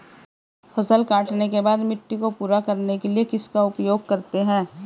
फसल काटने के बाद मिट्टी को पूरा करने के लिए किसका उपयोग करते हैं?